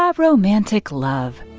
um romantic love